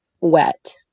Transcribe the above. wet